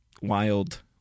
wild